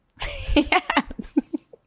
Yes